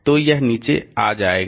तो यह नीचे आ जाएगा